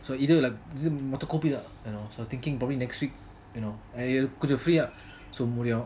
so either இது மொத கோபி தான்:ithu motha kopi thaan so I was thinking probably next week கொஞ்சம்:konjam free eh